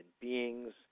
beings